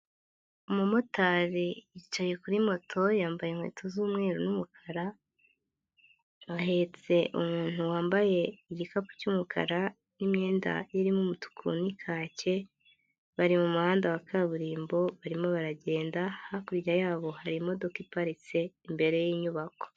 Umumotari yicaye kuri moto yambaye inkweto z'umweru n'umukara, ahetse umuntu wambaye igikapu cy'umukara n'imyenda irimo umutuku n'ikake, bari mu muhanda wa kaburimbo, barimo baragenda, hakurya yabo hari imodoka iparitse, imbere y'inyubako.